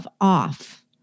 off